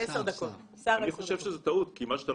עבדתי כשש שנים